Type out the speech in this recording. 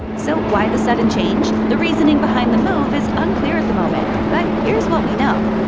so why the sudden change? the reasoning behind the move is unclear at the moment, but here's what we know.